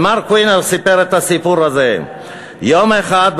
"ומר קוינר סיפר את הסיפור הזה: יום אחד,